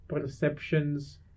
perceptions